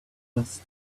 dust